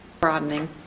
broadening